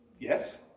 Yes